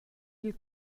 dil